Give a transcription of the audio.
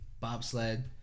bobsled